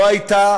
לא הייתה